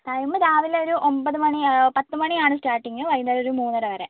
വരുമ്പോൾ രാവിലെ ഒരു ഒമ്പത് മണി പത്ത് മണിയാണ് സ്റ്റാർട്ടിങ്ങ് വൈകുന്നേരം ഒരു മൂന്നര വരെ